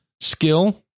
skill